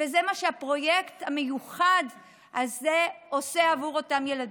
וזה מה שהפרויקט המיוחד הזה עושה עבור אותם ילדים.